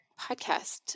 podcast